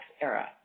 era